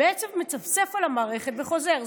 בעצם מצפצף על המערכת וחוזר.